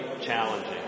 challenging